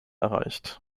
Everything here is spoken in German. erreicht